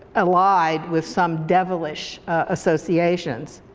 allied with some devilish associations.